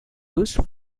used